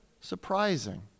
surprising